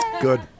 Good